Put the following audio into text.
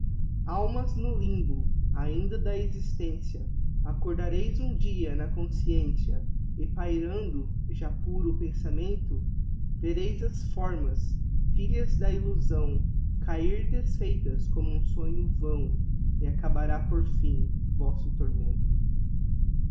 almas no limbo ainda da existencia accordareis um dia na consciencia e pairando já puro pensamento vereis as formas filhas da illusão cahir desfeitas como um sonho vão e acabará por fim vosso tormento